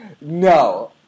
No